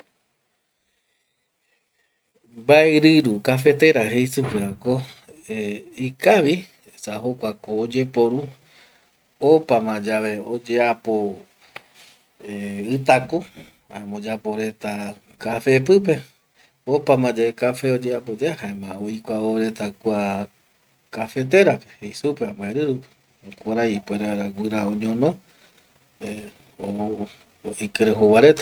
Mbaeriru kafetera jei supe vako ikavi, esa jokuako oyeporu opama yave oyeapo itaku oyapo reta kafe pipe, opamayae kafe oyeapo yae jaema oikuavo reta kua kafeterape jei supeva mbaerirupe jokurai ipuere vaera guira oñono ikirei jouva retape